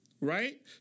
Right